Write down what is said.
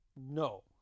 no